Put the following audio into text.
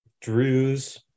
Drew's